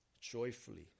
joyfully